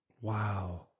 Wow